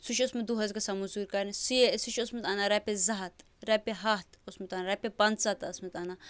سُہ چھُ اوسمُت دۄہَس گژھان موٚزوٗرۍ کَرنہِ سُہ چھُ اوسمُت انان رۄپیہِ زٕ ہَتھ رۄپیہِ ہَتھ اوسمُت اَنان رۄپیہِ پنٛژاہ تہِ اوسمُت اَنان